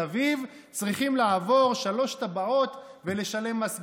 אביב צריכים לעבור שלוש טבעות ולשלם מס גודש.